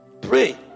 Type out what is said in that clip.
Pray